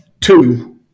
two